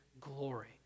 glory